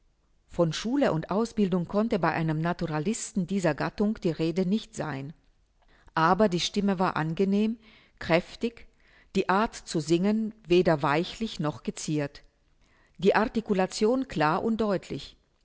von schule und ausbildung konnte bei einem naturalisten dieser gattung die rede nicht sein aber die stimme war angenehm kräftig die art zu singen weder weichlich noch geziert die articulation klar und deutlich